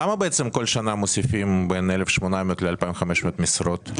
למה בעצם כל שנה מוסיפים בין 1,800 ל-2,500 משרות?